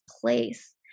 place